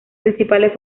principales